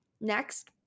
Next